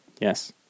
Yes